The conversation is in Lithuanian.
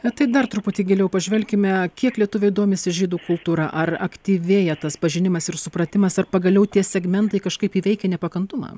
bet tai dar truputį giliau pažvelkime kiek lietuviai domisi žydų kultūra ar aktyvėja tas pažinimas ir supratimas ar pagaliau tie segmentai kažkaip įveikia nepakantumą